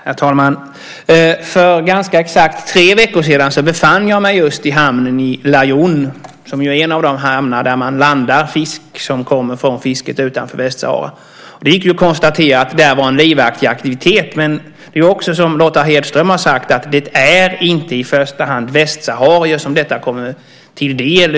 Herr talman! För ganska exakt tre veckor sedan befann jag mig just i hamnen i Laayoune, som är en av de hamnar där man landar fisk som kommer från fisket utanför Västsahara. Det gick att konstatera att där var en livaktig aktivitet. Men det är också så, som Lotta Hedström har sagt, att det inte i första hand är västsaharier som detta kommer till del.